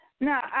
No